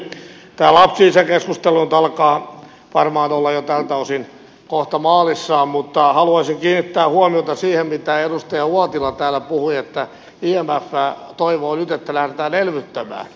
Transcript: tämä lapsilisäkeskustelu alkaa varmaan olla jo tältä osin kohta maalissaan mutta haluaisin kiinnittää huomiota siihen mitä edustaja uotila täällä puhui että imf toivoo nyt että lähdetään elvyttämään